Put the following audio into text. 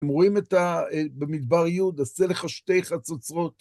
אם רואים את ה... במדבר י' , עשה לך שתי חצוצרות.